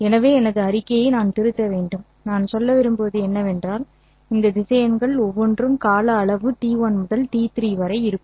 எனவே எனது அறிக்கையை நான் திருத்த வேண்டும் நான் சொல்ல விரும்புவது என்னவென்றால் இந்த திசையன்கள் ஒவ்வொன்றும் கால அளவு t1 முதல் t3 வரை இருக்கும்